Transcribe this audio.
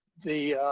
the